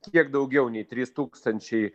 kiek daugiau nei trys tūkstančiai